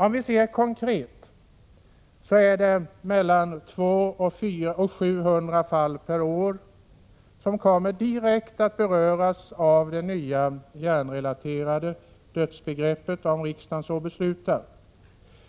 Om vi ser på frågan konkret kan vi konstatera att det är mellan 200 och 700 fall per år som kommer att direkt beröras av det nya, hjärnrelaterade dödsbegreppet, om riksdagen så beslutar.